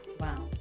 Wow